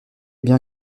bien